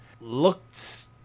looked